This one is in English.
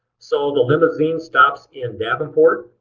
so the limousine stops in davenport,